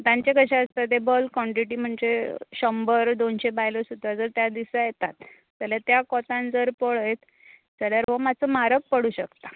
तांचे कशें आसता ते बल्क कॉन्टीटी म्हणजे शंबर दोनशे बायलो सुद्दां त्याच दिसा येतात जाल्यार त्या कोतान जर पळयत जाल्यार हो मातसो म्हारग पडू शकता